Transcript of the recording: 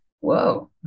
whoa